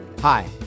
Hi